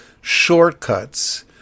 shortcuts